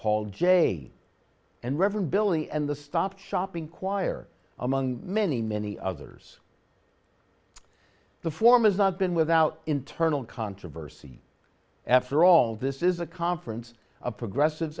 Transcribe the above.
paul jay and reverend billy and the stop shopping choir among many many others the form has not been without internal controversy after all this is a conference of progressive